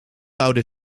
bouwde